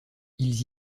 ils